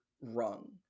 rung